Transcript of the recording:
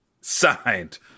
signed